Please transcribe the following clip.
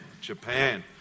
Japan